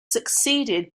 succeeded